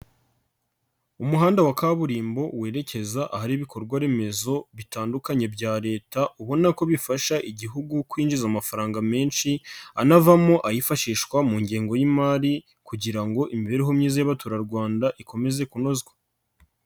Umuhanda wa kaburimbo werekeza ahari ibikorwa remezo bitandukanye bya Leta ubona ko bifasha Igihugu kwinjiza amafaranga menshi, anavamo ayifashishwa mu ngengo y'imari kugira ngo imibereho myiza y'abaturarwanda ikomeze kunozwa.